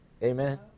Amen